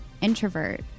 introvert